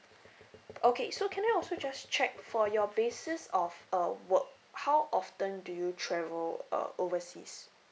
okay so can I also just check for your basis of uh work how often do you travel uh overseas